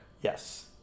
Yes